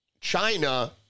China